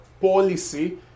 policy